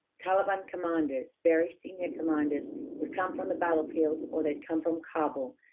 taliban commanders, very senior commanders would come from the battlefield, or they'd come from kabul,